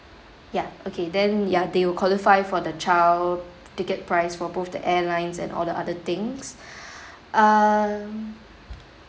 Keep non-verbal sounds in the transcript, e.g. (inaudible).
ya okay then ya they will qualify for the child t~ ticket price for both the airlines and all the other things (breath) um